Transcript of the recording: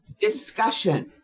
discussion